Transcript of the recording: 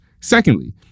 Secondly